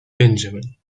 benjamin